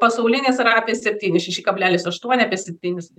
pasaulins yra apie septyni šeši kablelis aštuoni apie septynis